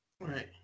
right